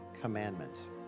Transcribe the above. commandments